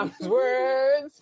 words